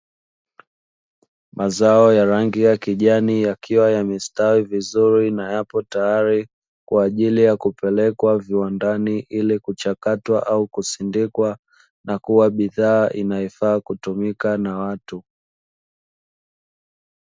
Mazao ya rangi ya kijani yakiwa yamestawi vizuri, na yapo tayari kwa ajili ya kupelekwa viwandani ili kuchakatwa au kusindikwa, na kuwa bidhaa inayofaa kutumika na watu.